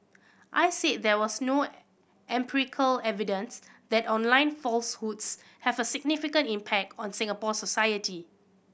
I said there was no empirical evidence that online falsehoods have a significant impact on Singapore society